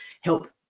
help